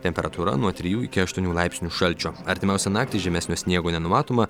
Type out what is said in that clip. temperatūra nuo trijų iki aštuonių laipsnių šalčio artimiausią naktį žymesnio sniego nenumatoma